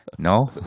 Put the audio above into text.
No